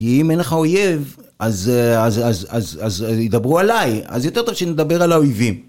כי אם אין לך אויב, אז ידברו עליי, אז יותר טוב שנדבר על האויבים.